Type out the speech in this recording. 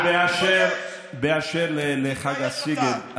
ובאשר לחג הסגד,